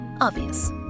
Obvious